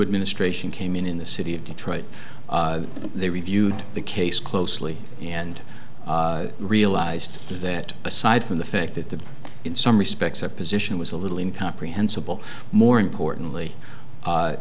administration came in in the city of detroit they reviewed the case closely and realized that aside from the fact that the in some respects our position was a little in comprehensible more importantly